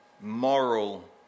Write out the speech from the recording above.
moral